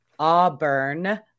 Auburn